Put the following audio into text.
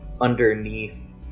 underneath